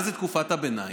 מה זה תקופת הביניים?